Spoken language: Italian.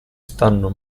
stanno